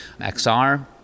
XR